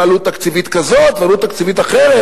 ועלות תקציבית כזאת ועלות תקציבית אחרת.